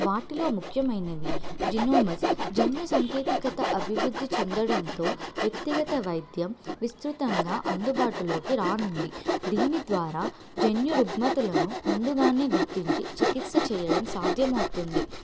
వాటిలో ముఖ్యమైనవి జినోమ్స్ జన్యూ సాంకేతికత అభివృద్ధి చెందడంతో వ్యక్తిగత వైద్యం విస్తృతంగా అందుబాటులోకి రానుంది దీని ద్వారా జన్యు రుగ్మతులను ముందుగానే గుర్తించి చికిత్స చేయడం సాధ్యమవుతుంది